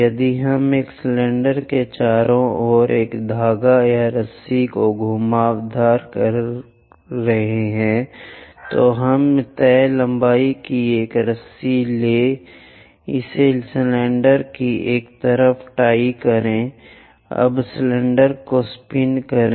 यदि हम एक सिलेंडर के चारों ओर एक धागा या रस्सी को घुमावदार कर रहे हैं तो हम तय लंबाई की एक रस्सी लें इसे सिलेंडर के एक तरफ टाई करें अब सिलेंडर को स्पिन करें